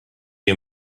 you